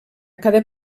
cada